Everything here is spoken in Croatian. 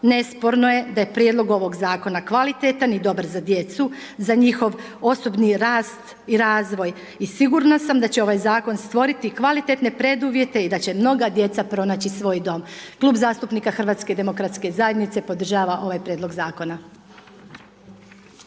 Nesporno je, da je prijedlog ovog zakona kvalitetan i dobar za djecu za njihov osobni rast i razvoj i sigurna sam da će ovaj zakon stvoriti kvalitetne preduvjete i da će mnoga djeca pronaći svoj dom. Klub zastupnika HDZ-a podržava ovaj prijedlog zakona.